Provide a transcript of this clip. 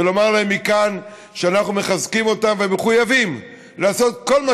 ולומר מכאן שאנחנו מחזקים אותם ומחויבים לעשות כל מה